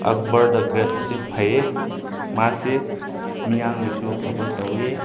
Akbar the ꯒ꯭ꯔꯦꯠꯁꯦ ꯐꯩ ꯃꯥꯁꯦ ꯃꯤꯌꯥꯝꯒꯤꯁꯨ ꯑꯐꯕ ꯇꯧꯏ